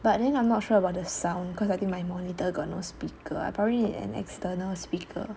but then I'm not sure about the sound cause I think my monitor got no speaker I probably need an external speaker